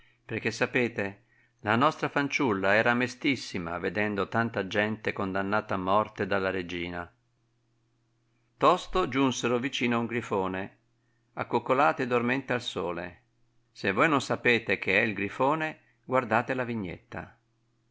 perchè sapete la nostra fanciulla era mestissima vedendo tanta gente condannata a morte dalla regina tosto giunsero vicino a un grifone accoccolato e dormente al sole se voi non sapete che è il grifone guardate la vignetta